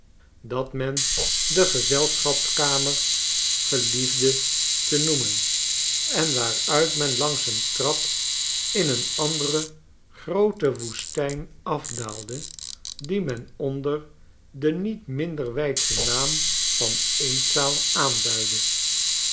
dat men de gezelschapskamer geliefde te noemen en waaruit men langs een trap in een andere groote woestijn afdaalde die men onder den niet minder weidschen naam van eetzaal aanduidde